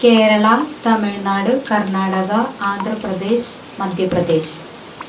Kerala Tamil Nadu Karnataka Andhra Pradesh Madhya Pradesh